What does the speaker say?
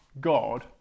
God